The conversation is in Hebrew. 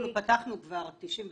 אנחנו פתחנו כבר 99 כיתות,